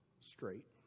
straight